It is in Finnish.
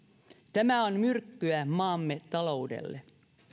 tämä on myrkkyä maamme taloudelle